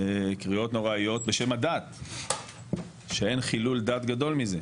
קריאות נוראיות בשם הדת, שאין חילול דת גדול מזה,